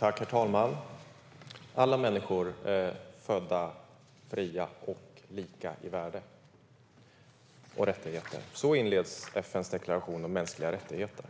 Herr talman! "Alla människor är födda fria och lika i värde och rättigheter." Så inleds FN:s deklaration om mänskliga rättigheter.